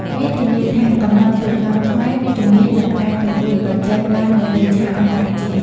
វាធានាថាកម្លាំងពលកម្មខ្មែរមានជំនាញនិងអាចប្រកួតប្រជែងបាននៅលើឆាកអន្តរជាតិ។